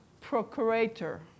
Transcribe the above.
procurator